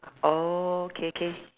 oh K K